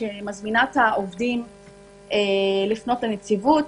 שמזמינים את העובדים לפנות לנציבות,